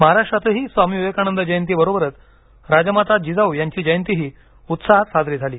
महाराष्ट्रातही स्वामी विवेकानंद जयंती बरोबरच राजमाता जिजाऊ यांची जयंतीही उत्साहात साजरी झाली